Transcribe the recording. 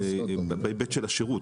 מטפלים בהיבט של השירות,